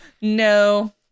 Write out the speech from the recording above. No